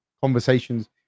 conversations